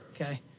Okay